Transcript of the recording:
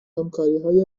همکاریهای